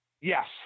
Yes